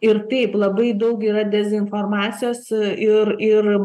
ir taip labai daug yra dezinformacijos ir ir